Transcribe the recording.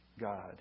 God